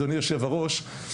אדוני היו"ר,